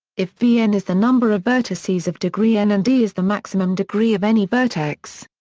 if vn is the number of vertices of degree n and d is the maximum degree of any vertex,